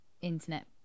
internet